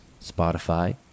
Spotify